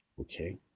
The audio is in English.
Okay